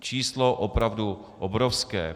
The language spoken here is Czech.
Číslo opravdu obrovské.